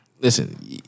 Listen